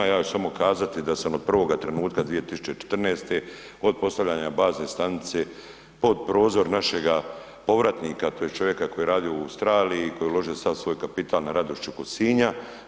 Ja ću samo kazati da sam od prvoga trenutka 2014. od postavljanja bazne stanice pod prozor našega povratnika tj. čovjeka koji je radio u Australiji i koji je uložio sav svoj kapital na Radošću kod Sinja.